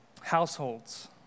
households